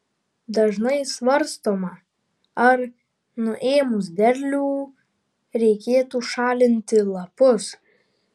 dažnai svarstoma ar nuėmus derlių reikėtų šalinti lapus